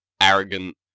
arrogant